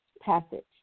passage